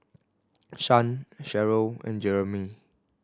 Shan Sherrill and Jeremie